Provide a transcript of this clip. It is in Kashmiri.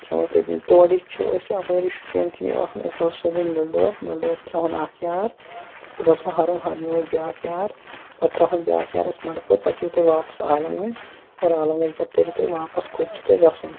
کھیٚمو تتنی تورٕ چھُ اسہ اَپٲری شُپیَن کنے وَسُن أسۍ وَسو سیوٚدے نِلڑور نِلڑورِ تراوہون اکھ یار تتہ پیٚٹھ وَسو ہَرَم ہَرمہ وَسہِ بیاکھ یار پَتہٕ تراوہون بیاکھ یار أسۍ مَڈٕپور پَتہٕ یِیِو تُہۍ واپَس عالم گَنٛج اور عالم گَنجہ پیٚٹھ تٔرِو تُہۍ واپَس کوٚت چھُو تۄہہِ گَژھُن